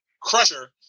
Crusher